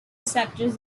receptors